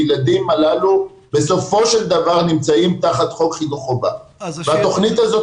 הילדים הללו בסופו של דבר נמצאים תחת חוק חינוך חובה והתוכנית הזו,